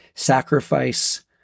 sacrifice